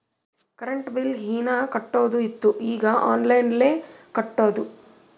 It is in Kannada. ಕರೆಂಟ್ ಬಿಲ್ ಹೀನಾ ಕಟ್ಟದು ಇತ್ತು ಈಗ ಆನ್ಲೈನ್ಲೆ ಕಟ್ಟುದ